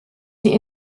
die